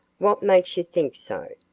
what makes you think so?